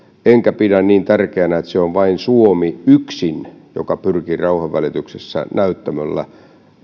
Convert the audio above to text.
enkä pidä niin tärkeänä että se on vain suomi yksin joka pyrkii rauhanvälityksessä näyttämöllä